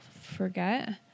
forget